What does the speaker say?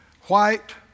white